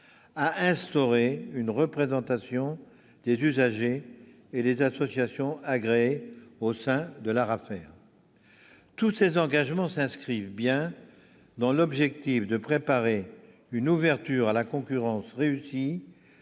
à instaurer une représentation des usagers et des associations agréées au sein de l'ARAFER. Tous ces engagements s'inscrivent dans l'objectif de la réussite de l'ouverture à la concurrence, qui